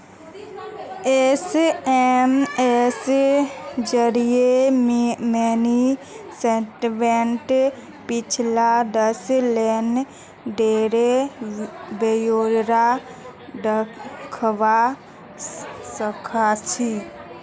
SMS जरिए mini स्टेटमेंटत पिछला दस लेन देनेर ब्यौरा दखवा सखछी